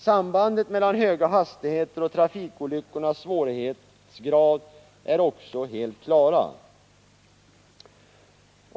Sambandet mellan höga hastigheter och trafikolyckornas svårighetsgrad är också helt klart.